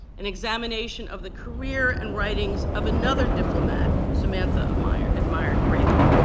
an examination of the career and writings of another diplomat samantha admired admired greatly.